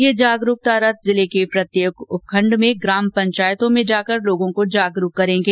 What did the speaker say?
यह जागरूकता रथ जिले के प्रत्येक उपखंड में ग्राम पंचायतो में जाकर लोगों को जागरूक करेंगे